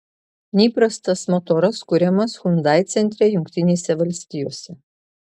neįprastas motoras kuriamas hyundai centre jungtinėse valstijose